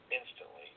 instantly